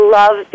love